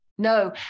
No